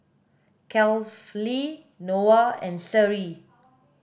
Kefli Noah and Seri